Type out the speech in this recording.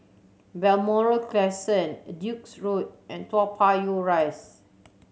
Balmoral Crescent Duke's Road and Toa Payoh Rise